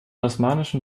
osmanischen